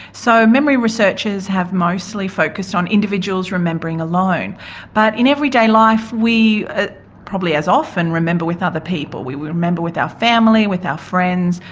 so memory researchers have mostly focussed on individuals remembering alone but in everyday life we probably as often remember with other people, we we remember with our family, our friends,